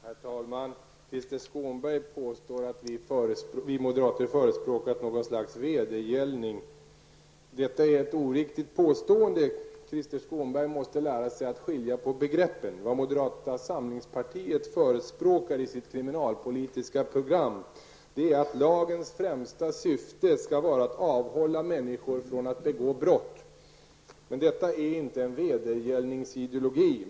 Herr talman! Krister Skånberg påstår att vi moderater förespråkar något slags vedergällning. Det är ett oriktigt påstående. Krister Skånberg måste lära sig att skilja på begreppen. Vad moderata samlingspartiet säger i sitt kriminalpolitiska program är att lagens främsta syfte skall vara att avhålla människor från att begå brott. Det är inte någon vedergällningsideologi.